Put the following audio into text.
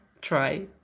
try